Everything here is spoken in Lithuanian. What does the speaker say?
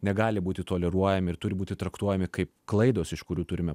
negali būti toleruojami ir turi būti traktuojami kaip klaidos iš kurių turime